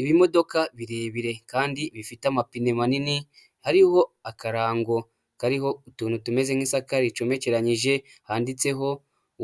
Ibimodoka birebire kandi bifite amapine manini hariho akarango kariho utuntu tumeze nk'isaka ricomekeranyije handitseho